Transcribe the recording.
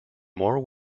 more